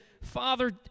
Father